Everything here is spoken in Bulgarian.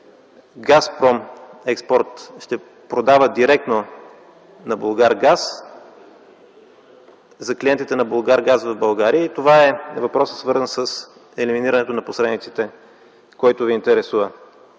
„Газпромекспорт” ще продава директно на „Булгаргаз” за клиентите на „Булгаргаз” в България и това е въпросът, свързан с елиминирането на посредниците, който Ви интересува.